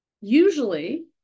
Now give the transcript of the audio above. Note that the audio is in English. usually